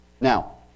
Now